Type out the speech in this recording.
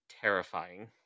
terrifying